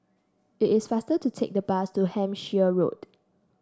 it is faster to take the bus to Hampshire Road